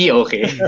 okay